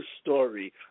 story